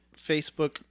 Facebook